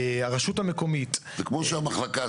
הרשות המקומית --- זה כמו שהמחלקה